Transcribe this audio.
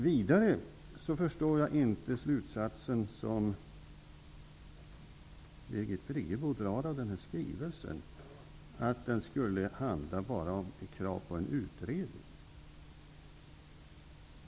Vidare förstår jag inte den slutsats som Birgit Friggebo drar av skrivelsen, att den bara skulle handla om krav på en utredning.